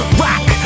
rock